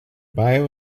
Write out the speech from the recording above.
bio